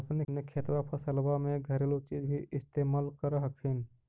अपने खेतबा फसल्बा मे घरेलू चीज भी इस्तेमल कर हखिन?